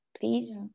Please